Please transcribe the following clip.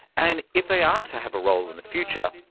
and if they are to have a role in the future,